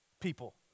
people